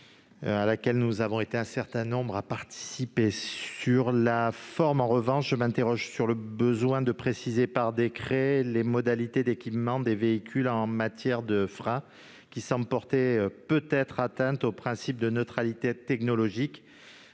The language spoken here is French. à laquelle nous avons été un certain nombre à participer. En revanche, sur la forme, je m'interroge sur le besoin de préciser par décret les modalités d'équipement des véhicules en matière de freins. Cette mesure pourrait peut-être porter atteinte au principe de neutralité technologique.